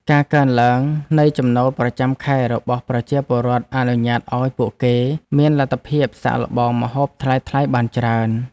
ការកើនឡើងនៃចំណូលប្រចាំខែរបស់ប្រជាពលរដ្ឋអនុញ្ញាតឱ្យពួកគេមានលទ្ធភាពសាកល្បងម្ហូបថ្លៃៗបានច្រើន។